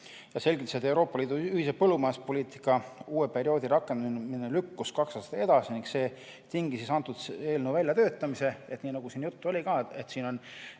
Ta selgitas, et Euroopa Liidu ühise põllumajanduspoliitika uue perioodi rakendamine lükkus kaks aastat edasi ning see tingis selle eelnõu väljatöötamise. Nii nagu siin juttu oli, lisaks